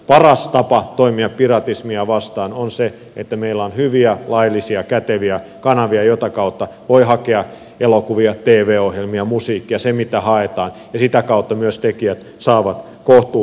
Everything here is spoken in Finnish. paras tapa toimia piratismia vastaan on se että meillä on hyviä laillisia käteviä kanavia joiden kautta voi hakea elokuvia tv ohjelmia musiikkia sitä mitä haetaan ja sitä kautta myös tekijät saavat kohtuullisen korvauksen